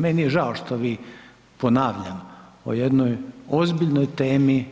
Meni je žao što vi, ponavljam, o jednoj ozbiljnoj temi